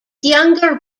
younger